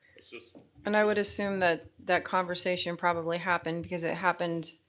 and i would assume that that conversation probably happened, because it happened.